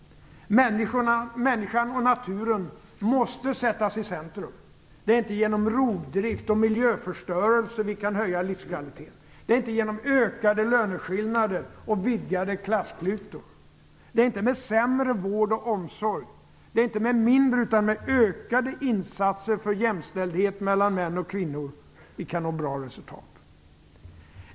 Människan och naturen måste sättas i centrum. Det är inte genom rovdrift och miljöförstöring vi kan höja livskvaliteten. Det kan inte ske genom ökade löneskillnader och vidgade klassklyftor. Det kan inte ske med sämre vård och omsorg. Vi kan inte uppnå bra resultat med mindre utan med ökade insatser för jämställdhet mellan män och kvinnor.